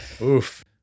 Oof